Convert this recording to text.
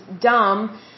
dumb